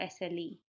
SLE